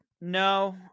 no